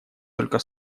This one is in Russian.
только